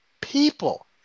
people